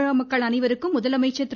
தமிழக மக்கள் அனைவருக்கும் முதலமைச்சர் திரு